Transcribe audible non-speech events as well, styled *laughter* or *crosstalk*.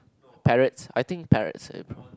parrots I think parrots *noise*